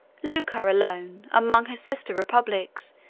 lucca alone, among her sister republics,